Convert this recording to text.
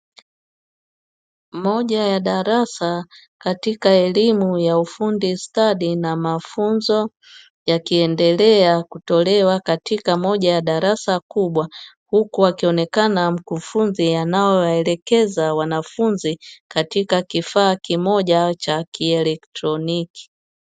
Moja ya darasa katika elimu ya ufundi stadi na mafunzo yakiendelea kutolewa katika moja ya darasa kubwa, huku akionekana mkufunzi anao waelekeza wanafunzi katika kifaa kimoja cha kieletroniki.